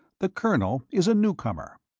the colonel is a newcomer.